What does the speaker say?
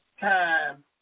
time